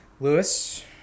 Lewis